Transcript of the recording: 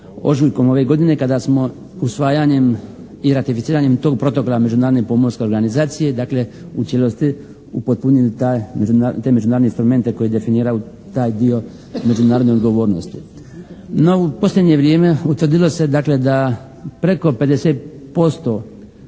ožujkom ove godine kada smo usvajanjem i ratificiranjem tog protokola Međunarodne pomorske organizacije dakle u cijelosti upotpunili te međunarodne instrumente koji definiraju taj dio međunarodne odgovornosti. No, u posljednje vrijeme utvrdilo se dakle da preko 50%